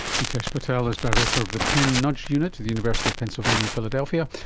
mitesh patel is director of the penn nudge unit at the university of pennsylvania, philadelphia,